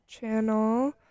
Channel